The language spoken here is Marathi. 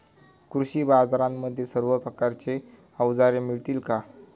कृषी बाजारांमध्ये सर्व प्रकारची अवजारे मिळतील का?